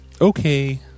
Okay